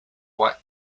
what